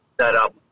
setup